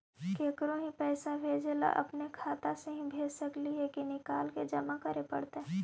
केकरो ही पैसा भेजे ल अपने खाता से ही भेज सकली हे की निकाल के जमा कराए पड़तइ?